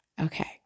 Okay